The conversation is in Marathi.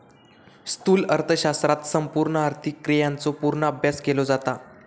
स्थूल अर्थशास्त्रात संपूर्ण आर्थिक क्रियांचो पूर्ण अभ्यास केलो जाता